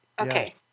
Okay